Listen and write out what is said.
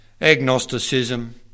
agnosticism